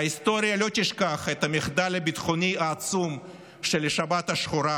ההיסטוריה לא תשכח את המחדל הביטחוני העצום של השבת השחורה,